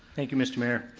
thank you, mr. mayor.